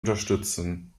unterstützen